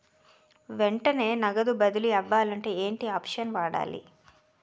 వెంటనే నగదు బదిలీ అవ్వాలంటే ఏంటి ఆప్షన్ వాడాలి?